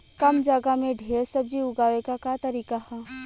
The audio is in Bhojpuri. कम जगह में ढेर सब्जी उगावे क का तरीका ह?